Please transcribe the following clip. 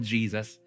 Jesus